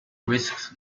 risks